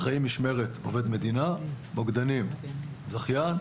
אחראי משמרת הוא עובד מדינה, מוקדנים - זכיין,